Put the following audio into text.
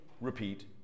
repeat